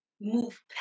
move